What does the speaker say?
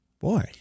Boy